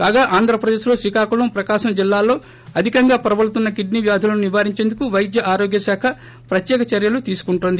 కాగా ఆంధ్రప్రదేశ్ లో శ్రీకాకుళం ప్రకాశం జిల్లాల్లో అధికంగా ప్రబలుతున్న కిడ్సీ వ్యాధులను నివారించేందుకు వైద్య ఆరోగ్య శాఖ ప్రత్యేక చర్యలు తీసుకుంటోంది